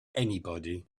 anybody